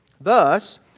Thus